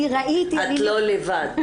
לא לבד.